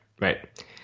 Right